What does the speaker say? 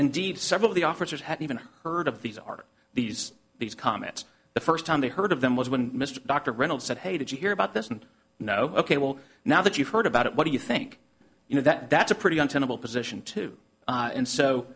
indeed several of the officers had even heard of these are these these comments the first time they heard of them was when mr dr reynolds said hey did you hear about this and know ok well now that you've heard about it what do you think you know that that's a pretty untenable position to and so